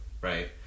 right